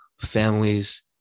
families